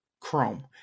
Chrome